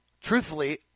truthfully